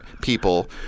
people